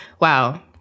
Wow